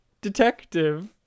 detective